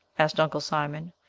asked uncle simon.